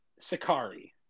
sakari